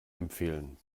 empfehlen